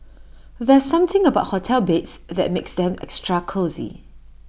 there's something about hotel beds that makes them extra cosy